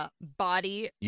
body